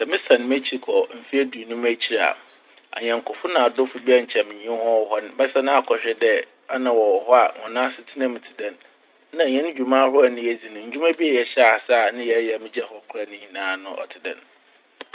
Sɛ mesan m'ekyir kɔ mfe eduonum ekyir a, anyɛnkofo na adɔfo bi a nkyɛ menye hɔn wɔ hɔ n', mɛsan akɔhwɛ dɛ ana wɔwɔ hɔ a, hɔn asetsena mu tse dɛn. Na hɛn dwuma ahorow na yedzi no, ndwuma bi a yɛhyɛɛ ase a yɛyɛ na megyaa hɔ krɔe no nyinaa no ɔtse dɛn.